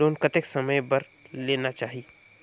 Loan कतेक समय बर लेना चाही?